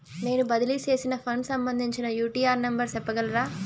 నేను బదిలీ సేసిన ఫండ్స్ సంబంధించిన యూ.టీ.ఆర్ నెంబర్ సెప్పగలరా